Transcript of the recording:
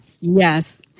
Yes